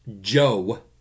Joe